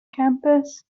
campus